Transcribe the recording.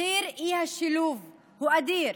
מחיר האי-שילוב הוא אדיר: